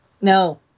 No